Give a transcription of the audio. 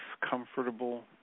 comfortable